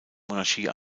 monarchie